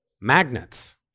Magnets